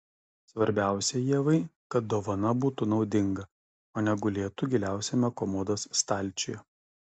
svarbiausia ievai kad dovana būtų naudinga o ne gulėtų giliausiame komodos stalčiuje